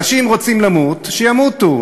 אנשים רוצים למות, שימותו.